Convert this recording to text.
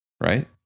right